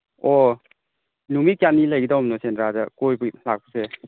ꯑꯣ ꯅꯨꯃꯤꯠ ꯀꯌꯥꯅꯤ ꯂꯩꯒꯗꯧꯕꯅꯣ ꯁꯦꯟꯗ꯭ꯔꯥꯗ ꯀꯣꯏꯕ ꯂꯥꯛꯄꯁꯦ